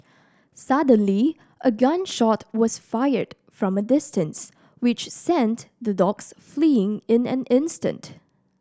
suddenly a gun shot was fired from distance which sent the dogs fleeing in an instant